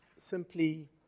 simply